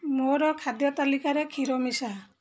ମୋର ଖାଦ୍ୟ ତାଲିକାରେ କ୍ଷୀର ମିଶା